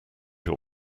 your